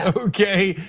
okay,